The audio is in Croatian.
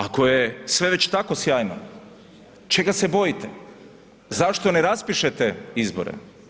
Ako je sve već tako sjajno, čega se bojite, zašto ne raspišete izbore?